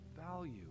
value